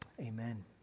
Amen